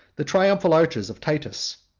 the triumphal arches of titus,